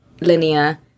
linear